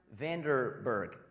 Vanderberg